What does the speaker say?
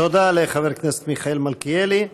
תודה לחבר הכנסת מיכאל מלכיאלי.